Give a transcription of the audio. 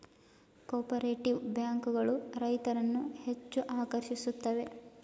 cooperative bank ಗಳು ರೈತರನ್ನು ಹೆಚ್ಚು ಆಕರ್ಷಿಸುತ್ತವೆ